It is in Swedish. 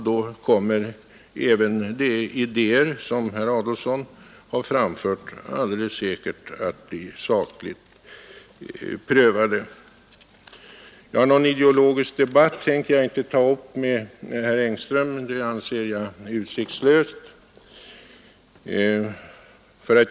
Då kommer även de idéer som herr Adolfsson har framfört alldeles säkert att bli sakligt prövade. Jag tänker inte ta upp någon ideologisk debatt med herr Engström, eftersom jag anser detta vara utsiktslöst.